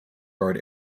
guard